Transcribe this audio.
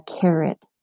carrot